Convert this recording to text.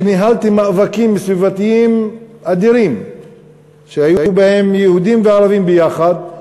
שניהלתי מאבקים סביבתיים אדירים שהיו בהם יהודים וערבים ביחד,